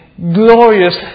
glorious